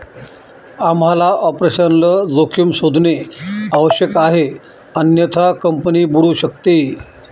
आम्हाला ऑपरेशनल जोखीम शोधणे आवश्यक आहे अन्यथा कंपनी बुडू शकते